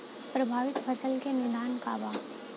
प्रभावित फसल के निदान का बा?